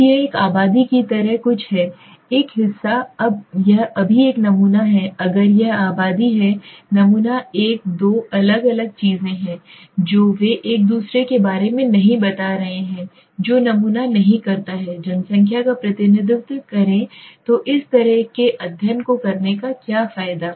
अब यह एक आबादी की तरह कुछ है एक हिस्सा यह अभी एक नमूना है अगर यह आबादी है नमूना एक दो अलग अलग चीजें हैं जो वे एक दूसरे के बारे में नहीं बता रहे हैं जो नमूना नहीं करता है जनसंख्या का प्रतिनिधित्व करें तो इस तरह के अध्ययन को करने का क्या फायदा